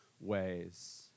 ways